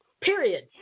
period